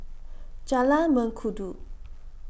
Jalan Mengkudu